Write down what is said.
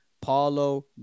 Paulo